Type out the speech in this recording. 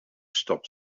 stop